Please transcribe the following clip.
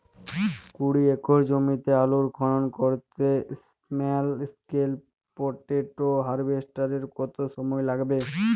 কুড়ি একর জমিতে আলুর খনন করতে স্মল স্কেল পটেটো হারভেস্টারের কত সময় লাগবে?